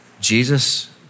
jesus